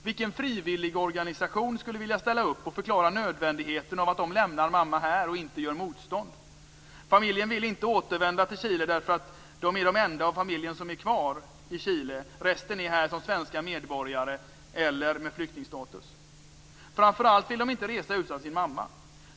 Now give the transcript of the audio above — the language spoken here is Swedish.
Vilken frivilligorganisation skulle vilja ställa upp och förklara nödvändigheten av att de lämnar mamman här och inte gör motstånd? Familjen vill inte återvända till Chile därför att de är de enda av familjen som är kvar i Chile, och resten är här som svenska medborgare eller med flyktingstatus. Framför allt vill de inte resa utan sin mamma.